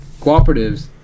Cooperatives